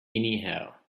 anyhow